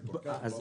זה כל כך ברור.